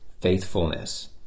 faithfulness